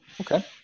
Okay